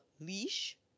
Leash